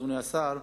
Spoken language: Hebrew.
אדוני השר,